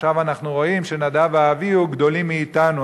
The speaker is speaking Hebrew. עכשיו אנחנו רואים שנדב ואביהוא גדולים מאתנו,